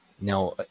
Now